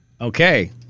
Okay